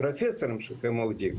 הפרופסורים שהם עובדים